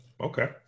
okay